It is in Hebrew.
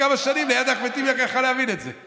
כמה שנים ליד אחמד טיבי לקח לך להבין את זה?